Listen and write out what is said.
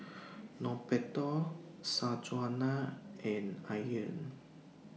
Norberto Sanjuana and Ian